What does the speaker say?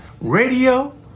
Radio